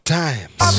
times